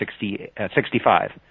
65